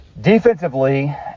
Defensively